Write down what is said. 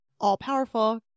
all-powerful